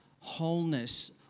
wholeness